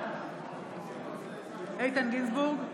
בעד איתן גינזבורג,